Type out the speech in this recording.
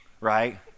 right